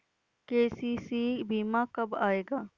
KCC बीमा कब आएगा?